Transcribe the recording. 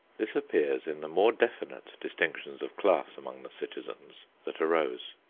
this appears in the more definite distinctions of class among the citizens that arose.